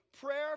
Prayer